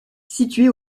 située